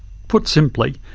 put simply,